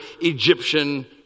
Egyptian